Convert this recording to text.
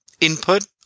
input